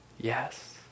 Yes